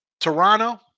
Toronto